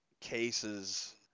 cases